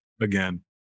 again